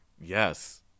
Yes